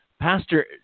Pastor